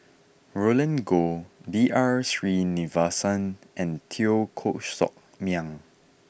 Roland Goh B R Sreenivasan and Teo Koh Sock Miang